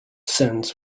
sends